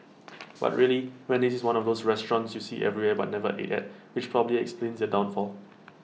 but really Wendy's is one of those restaurants you see everywhere but never ate at which probably explains their downfall